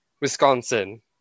Wisconsin